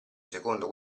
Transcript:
secondo